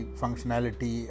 functionality